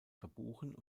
verbuchen